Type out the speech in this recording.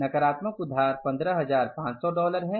नकारात्मक उधार 15500 डॉलर हैं